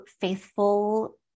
faithful